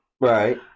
right